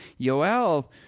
Yoel